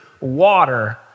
water